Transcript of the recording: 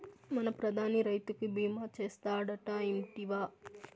మన ప్రధాని రైతులకి భీమా చేస్తాడటా, ఇంటివా